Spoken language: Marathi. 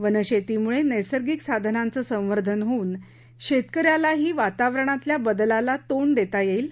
वनशेतीमुळे नैसर्गिक साधनांच संवर्धन होऊन शेतकन्यालाही वातावरणातल्या बदलाला तोंड देता येईल